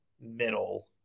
middle